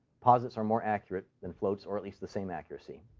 posits are more accurate than floats or at least the same accuracy.